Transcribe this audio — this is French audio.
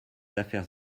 affaires